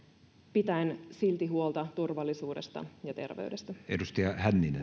pitäen silti huolta turvallisuudesta ja terveydestä